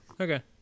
Okay